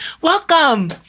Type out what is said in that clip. Welcome